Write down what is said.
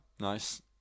nice